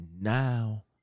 now